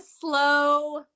slow